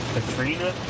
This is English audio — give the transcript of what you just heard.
Katrina